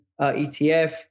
ETF